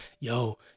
Yo